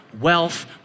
wealth